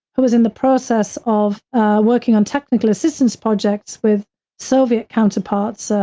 who was in the process of working on technical assistance projects with soviet counterparts, ah